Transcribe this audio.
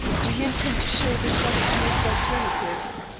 do you intend to show this letter to lady dyke's relatives?